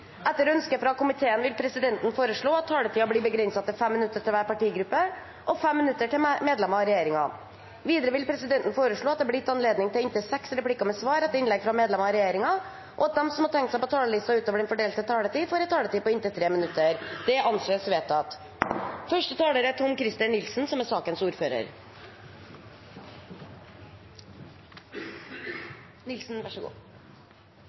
Etter ønske fra næringskomiteen vil presidenten foreslå at taletiden blir begrenset til 5 minutter til hver partigruppe og 5 minutter til medlemmer av regjeringen. Videre vil presidenten foreslå at det blir gitt anledning til replikkordskifte på inntil seks replikker med svar etter innlegg fra medlemmer av regjeringen, og at de som måtte tegne seg på talerlisten utover den fordelte taletid, får en taletid på inntil 3 minutter. – Det anses vedtatt. Jeg vil takke komiteen for samarbeidet og alle bidrag i disse sakene i min rolle som